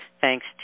Thanks